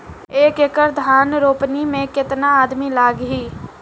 एक एकड़ धान के रोपनी मै कितनी आदमी लगीह?